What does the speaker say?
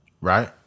Right